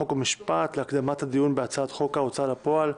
חוק ומשפט להקדמת הדיון בהצעת חוק ההוצאה לפועל,